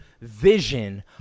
vision